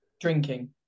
Drinking